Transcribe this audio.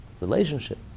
relationship